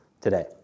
today